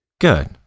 Good